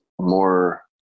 more